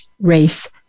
race